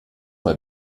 mal